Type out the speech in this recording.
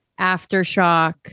Aftershock